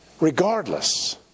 regardless